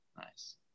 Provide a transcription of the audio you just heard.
Nice